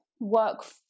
work